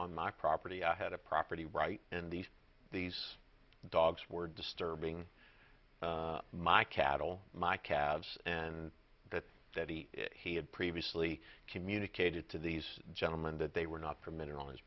on my property i had a property right and these these dogs were disturbing my cattle my calves and that that he he had previously communicated to these gentleman that they were not permitted on his